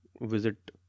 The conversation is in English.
visit